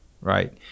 right